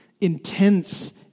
intense